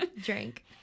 Drink